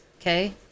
Okay